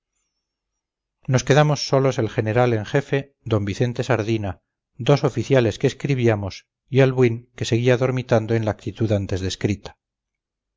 nos quedamos solos el general en jefe don vicente sardina dos oficiales que escribíamos y albuín que seguía dormitando en la actitud antes descrita